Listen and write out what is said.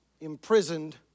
imprisoned